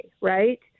right